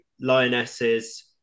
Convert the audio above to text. Lionesses